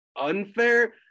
unfair